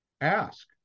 ask